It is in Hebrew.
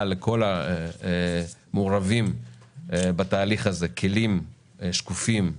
לכל המעורבים בתהליך הזה כלים שקופים,